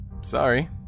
Sorry